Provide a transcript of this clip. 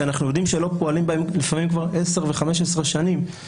שאנחנו יודעים שלא פועלים בהם לפעמים כבר עשר ו-15 שנים,